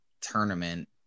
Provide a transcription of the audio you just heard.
tournament